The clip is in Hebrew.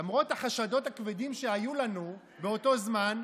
למרות החשדות הכבדים שהיו לנו באותו זמן,